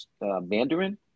Mandarin